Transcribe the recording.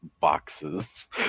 boxes